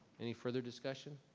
any further discussion?